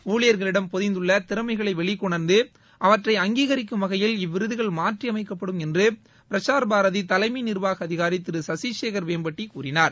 ஊழியர்களிடம் பொதிந்துள்ள திறமைகளை வெளிகொனர்ந்து அவற்றை அங்கீகரிக்கும் வகையில் இவ்விருதுகள் மாற்றி அமைக்கப்படும் என்று பிரசார் பாரதி தலைமை நிர்வாக அதிகாரி திரு சசிசேகர் வேம்பட்டி கூறினார்